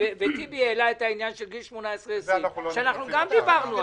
וטיבי העלה את העניין של גיל 20-18 שגם דיברנו עליו.